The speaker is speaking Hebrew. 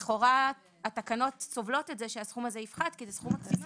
לכאורה התקנות סובלות את זה שהסכום הזה יפחת כי זה סכום מקסימלי.